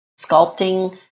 sculpting